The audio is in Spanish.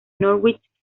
norwich